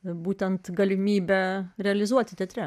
būtent galimybę realizuoti teatre